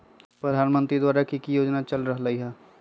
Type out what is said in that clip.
प्रधानमंत्री द्वारा की की योजना चल रहलई ह?